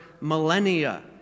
millennia